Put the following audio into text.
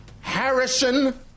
Harrison